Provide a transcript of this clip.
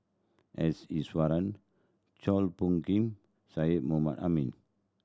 S Iswaran Chua Phung Kim Syed Mohamed Ahmed